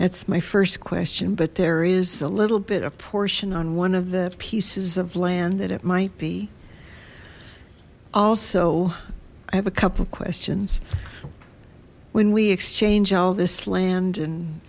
that's my first question but there is a little bit of portion on one of the pieces of land that it might be also i have a couple questions when we exchange all this land and